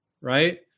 right